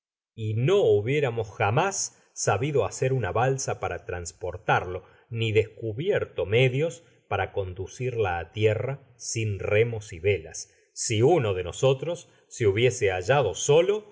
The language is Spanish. y no hubiéramos jamás sabido bacer una balsa para trasportarlo ni descubierto medios para conducirla á tierra sin remos y velas si uno de nosotros se hubiese hallado solo